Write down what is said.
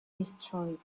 destroyed